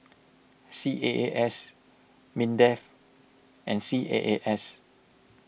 C A A S Mindef and C A A S